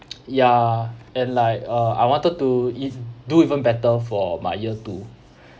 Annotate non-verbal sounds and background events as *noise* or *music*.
*noise* ya and like uh I wanted to ev~ do even better for my year two